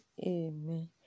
amen